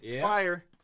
Fire